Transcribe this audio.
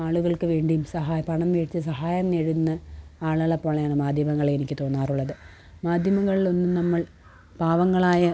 ആളുകള്ക്കുവേണ്ടിയും സഹായം പണം മേടിച്ച് സഹായം നേടുന്ന ആളുകളെ പോലെയാണ് മാധ്യമങ്ങളെ എനിക്ക് തോന്നാറുള്ളത് മാധ്യമങ്ങളിലൊന്നും നമ്മള് പാവങ്ങളായ